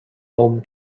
home